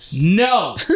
no